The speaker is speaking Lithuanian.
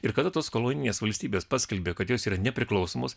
ir kada tos kolonijinės valstybės paskelbė kad jos yra nepriklausomos